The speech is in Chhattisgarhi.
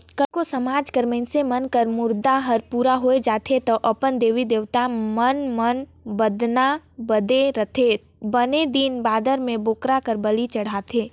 कतको समाज कर मइनसे मन कर मुराद हर पूरा होय जाथे त अपन देवी देवता मन म बदना बदे रहिथे बने दिन बादर म बोकरा कर बली चढ़ाथे